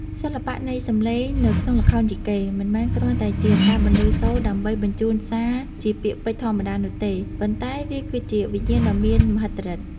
សិល្បៈនៃសំឡេងនៅក្នុងល្ខោនយីកេ មិនមែនគ្រាន់តែជាការបន្លឺសូរដើម្បីបញ្ជូនសារជាពាក្យពេចន៍ធម្មតានោះទេ ប៉ុន្តែវាគឺជាវិញ្ញាណដ៏មានមហិទ្ធិឫទ្ធិ។